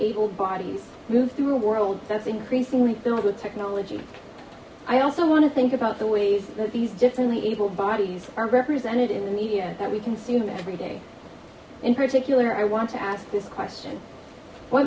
abled bodies move through a world that's increasingly filled with technology i also want to think about the ways that these differently abled bodies are represented in the media that we consume every day in particular i want to ask this question what